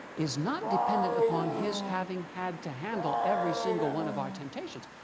is not dependant upon his having had to handle every single one of our temptations.